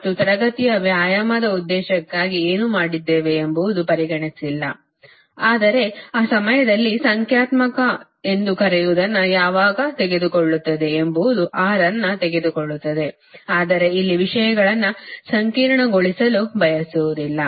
ಮತ್ತು ತರಗತಿಯ ವ್ಯಾಯಾಮದ ಉದ್ದೇಶಕ್ಕಾಗಿ ಏನು ಮಾಡಿದ್ದೇವೆ ಎಂಬುದು ಪರಿಗಣಿಸಿಲ್ಲ ಆದರೆ ಆ ಸಮಯದಲ್ಲಿ ಸಂಖ್ಯಾತ್ಮಕ ಎಂದು ಕರೆಯುವದನ್ನು ಯಾವಾಗ ತೆಗೆದುಕೊಳ್ಳುತ್ತದೆ ಎಂಬುದು R ಅನ್ನು ತೆಗೆದುಕೊಳ್ಳುತ್ತದೆ ಆದರೆ ಇಲ್ಲಿ ವಿಷಯಗಳನ್ನು ಸಂಕೀರ್ಣಗೊಳಿಸಲು ಬಯಸುವುದಿಲ್ಲ